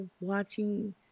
watching